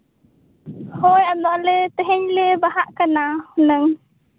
ᱦᱳᱭ ᱟᱫᱚ ᱞᱮ ᱛᱮᱦᱮᱧ ᱞᱮ ᱵᱟᱦᱟᱜ ᱠᱟᱱᱟ ᱦᱩᱱᱟᱹᱝ